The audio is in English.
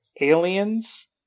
aliens